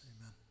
Amen